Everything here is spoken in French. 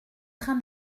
train